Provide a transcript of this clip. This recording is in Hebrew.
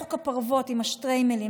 חוק הפרוות עם השטריימלים,